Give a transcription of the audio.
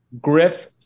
Griff